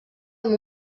amb